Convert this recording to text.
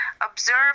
observe